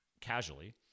casually